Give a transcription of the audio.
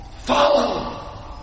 follow